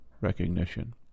recognition